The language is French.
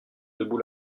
debout